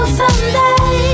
someday